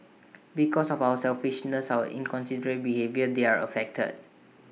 because of our selfishness our inconsiderate behaviour they're affected